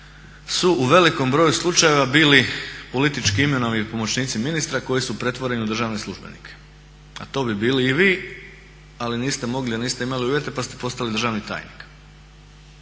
su u velikom broju slučajevi bili politički imenovani pomoćnici ministra koji su pretvoreni u državne službenike. A to bi bili i vi, ali niste mogli jer niste imali uvjete pa ste postali državni tajnik.